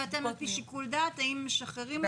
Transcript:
ואתם על פי שיקול דעת מעדכנים האם משחררים אותם.